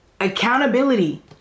Accountability